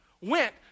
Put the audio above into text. went